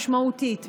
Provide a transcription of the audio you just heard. משמעותית,